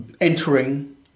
entering